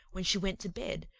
when she went to bed,